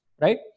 right